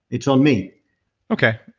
it's on me okay.